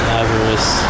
avarice